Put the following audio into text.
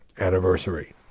anniversary